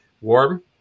warm